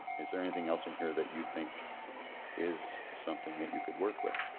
is there anything else in here that you think is something that you could work with?